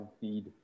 feed